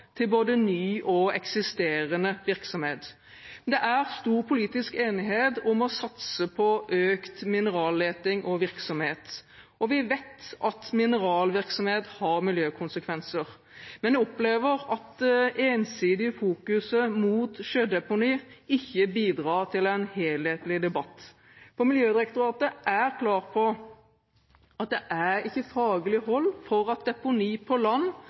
til både ny og eksisterende virksomhet. Det er stor politisk enighet om å satse på økt mineralleting og -virksomhet. Vi vet at mineralvirksomhet har miljøkonsekvenser, men jeg opplever at det ensidige fokuset mot sjødeponi ikke bidrar til en helhetlig debatt. I Miljødirektoratet er man klare på at det ikke er faglig hold på generell basis for at deponi på land